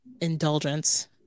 Indulgence